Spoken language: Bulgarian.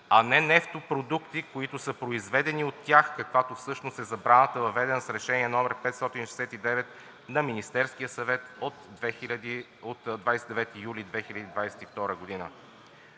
а не нефтопродукти, които са произведени от тях, каквато всъщност е забраната, въведена с Решение № 569 на Министерския съвет от 29 юли 2022 г.